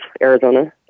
Arizona